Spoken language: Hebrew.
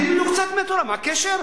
מה הקשר?